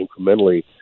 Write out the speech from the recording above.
incrementally